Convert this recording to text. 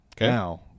Now